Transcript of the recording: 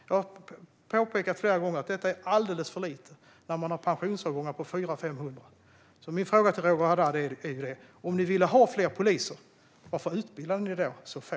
Jag har flera gånger påpekat att det är alldeles för lite när man har pensionsavgångar på 400-500. Min fråga till Roger Haddad är: Om ni ville ha fler poliser, varför utbildade ni så få?